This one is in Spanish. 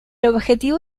objetivo